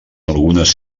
algunes